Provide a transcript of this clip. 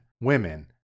women